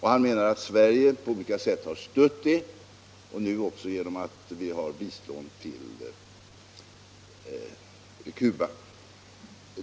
Han menade att Sverige på olika sätt har understött sådana försök och gör det också nu genom att lämna bistånd till Cuba.